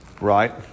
Right